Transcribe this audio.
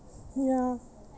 ya